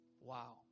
Wow